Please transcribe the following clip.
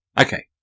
Okay